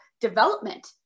development